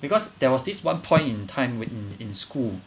because there was this one point in time when in in school